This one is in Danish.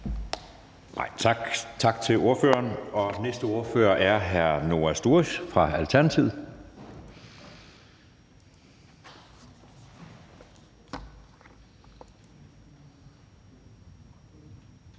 Tak til ordføreren. Næste ordfører er hr. Noah Sturis fra Alternativet.